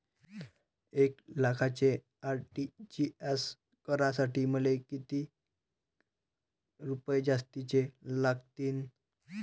एक लाखाचे आर.टी.जी.एस करासाठी मले कितीक रुपये जास्तीचे लागतीनं?